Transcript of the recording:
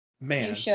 man